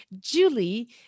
Julie